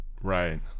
Right